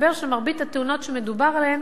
מסתבר שמרבית התאונות שמדובר עליהן